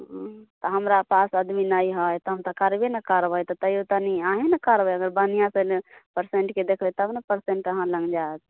हूँ तऽ तऽ हमरा पास अदमी नहि है तहन तऽ करबे ने करबै तऽ तैयो तनि अहीँ ने करबेबै बढ़िऑं से पेसेंटके देखबै तब ने पेसेन्ट अहाँ लग जायत